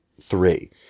three